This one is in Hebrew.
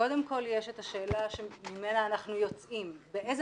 קודם כל יש את השאלה שממנה אנחנו יוצאים באיזה